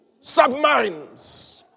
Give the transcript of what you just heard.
Submarines